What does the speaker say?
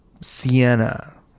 Sienna